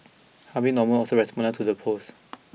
Harvey Norman also responded to the post